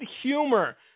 Humor